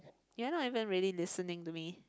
you're not even really listening to me